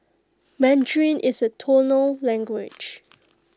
Mandarin is A tonal language